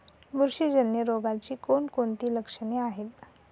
बुरशीजन्य रोगाची कोणकोणती लक्षणे आहेत?